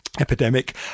epidemic